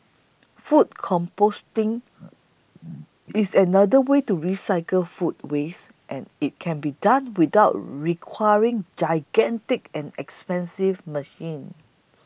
food composting is another way to recycle food waste and it can be done without requiring gigantic and expensive machines